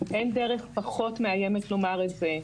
אין דרך פחות מאיימת לומר את זה.